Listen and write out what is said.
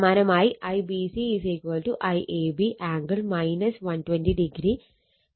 സമാനമായി IBC IAB angle 120o